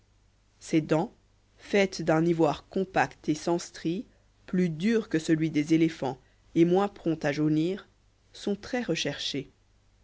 ces dents faites d'un ivoire compact et sans stries plus dur que celui des éléphants et moins prompt à jaunir sont très recherchées